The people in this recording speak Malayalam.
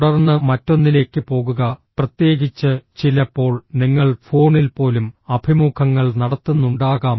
തുടർന്ന് മറ്റൊന്നിലേക്ക് പോകുക പ്രത്യേകിച്ച് ചിലപ്പോൾ നിങ്ങൾ ഫോണിൽ പോലും അഭിമുഖങ്ങൾ നടത്തുന്നുണ്ടാകാം